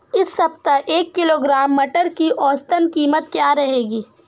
इस सप्ताह एक किलोग्राम मटर की औसतन कीमत क्या रहेगी?